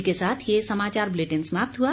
इसी के साथ ये समाचार बुलेटिन समाप्त हुआ